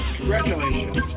Congratulations